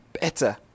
better